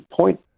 point